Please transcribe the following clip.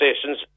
stations